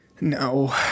No